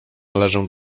należę